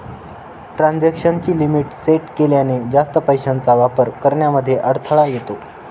transaction ची limit set केल्याने, जास्त पैशांचा वापर करण्यामध्ये अडथळा येतो